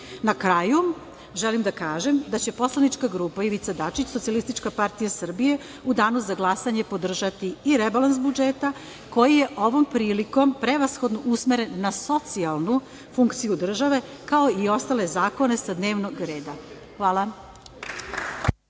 kraju, želim da kažem da će poslanička grupa Ivica Dačić – SPS u danu za glasanje podržati i rebalans budžeta, koji je ovom prilikom prevashodno usmeren na socijalnu funkciju države, kao i ostale zakone sa dnevnog reda. Hvala.